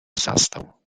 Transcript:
zastał